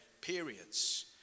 periods